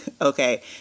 Okay